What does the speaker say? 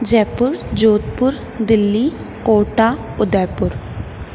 Jaipur Jodhpur Delhi Kota Udaipur